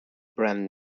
brand